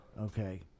okay